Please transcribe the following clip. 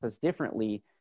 differently